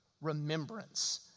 remembrance